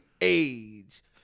age